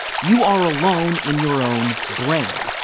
you are alone in your own brain,